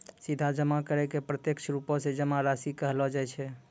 सीधा जमा करै के प्रत्यक्ष रुपो से जमा राशि कहलो जाय छै